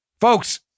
Folks